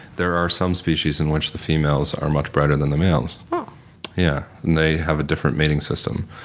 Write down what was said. there are some species in which the females are much brighter than the males. yeah they have a different meaning system.